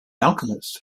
alchemist